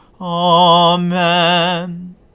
Amen